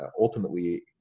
ultimately